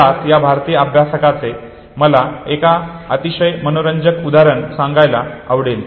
दास या भारतीय अभ्यासाचे मला एक अतिशय मनोरंजक उदाहरण सांगायला आवडेल